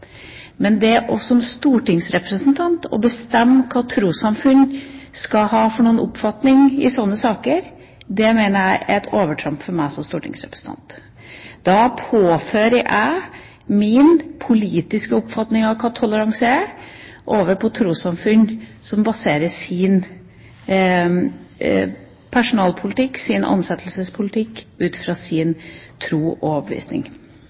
Men det å bestemme – som stortingsrepresentant – hvilke oppfatninger trossamfunn skal ha i slike saker, mener jeg er et overtramp av meg som stortingsrepresentant. Da overfører jeg min politiske oppfatning av hva toleranse er, over på et trossamfunn, som baserer sin personalpolitikk, sin ansettelsespolitikk, på sin tro og